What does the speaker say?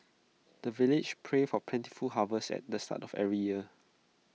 the villagers pray for plentiful harvest at the start of every year